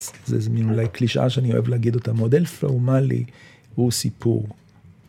זה איזה מין אולי קלישאה שאני אוהב להגיד אותה, מודל פרומלי הוא סיפור.